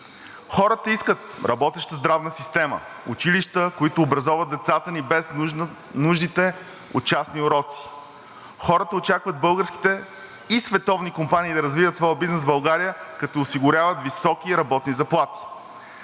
Хората искат работеща здравна система, училища, които образоват децата ни, без нуждите от частни уроци. Хората очакват българските и световни компании да развиват своя бизнес в България, като осигуряват високи работни заплати.